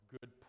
good